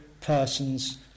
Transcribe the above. person's